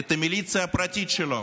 את המיליציה הפרטית שלו.